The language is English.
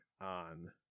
on